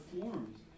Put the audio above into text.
forms